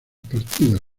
partidos